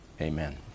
Amen